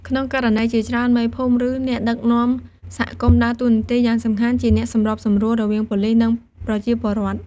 ក្នុងករណីជាច្រើន មេភូមិ ឬអ្នកដឹកនាំសហគមន៍ ដើរតួនាទីយ៉ាងសំខាន់ជា អ្នកសម្របសម្រួល រវាងប៉ូលិស និងប្រជាពលរដ្ឋ។